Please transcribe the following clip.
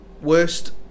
worst